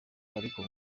ariko